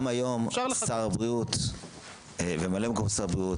גם היום שר הבריאות וממלא מקום שר הבריאות,